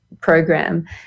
program